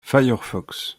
firefox